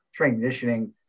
transitioning